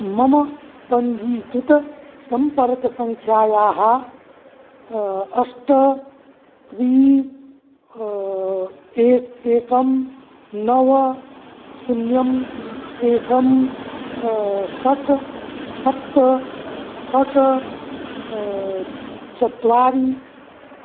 मम पञ्जीकृतसम्पर्कसङ्ख्यायाः अष्ट त्री एकम् एकं नव शून्यम् एकं षट् सप्त षट् चत्वारि